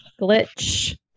Glitch